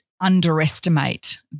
underestimate